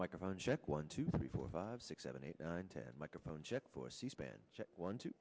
microphone ship one two three four five six seven eight nine to microphone check for c span one t